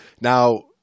Now